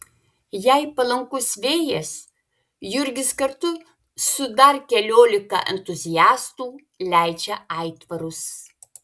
jei palankus vėjas jurgis kartu su dar keliolika entuziastų leidžia aitvarus